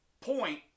point